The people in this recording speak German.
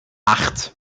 acht